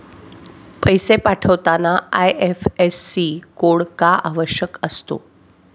पैसे पाठवताना IFSC code का आवश्यक असतो?